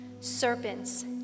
serpents